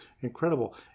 incredible